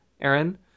Aaron